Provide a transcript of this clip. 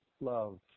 love